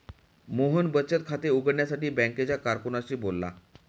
मोहन बचत खाते उघडण्यासाठी बँकेच्या कारकुनाशी बोलला